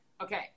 okay